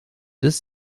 des